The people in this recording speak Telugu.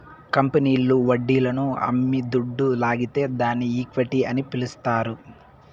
కంపెనీల్లు వడ్డీలను అమ్మి దుడ్డు లాగితే దాన్ని ఈక్విటీ అని పిలస్తారు